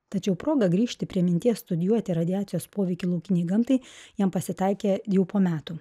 tačiau proga grįžti prie minties studijuoti radiacijos poveikį laukinei gamtai jam pasitaikė jau po metų